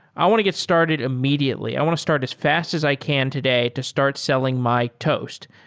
i want to get started immediately. i want to start as fast as i can today to start selling my toast.